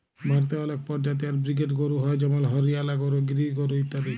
ভারতে অলেক পরজাতি আর ব্রিডের গরু হ্য় যেমল হরিয়ালা গরু, গির গরু ইত্যাদি